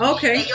Okay